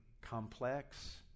complex